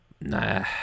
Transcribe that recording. Nah